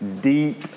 deep